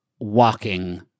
walking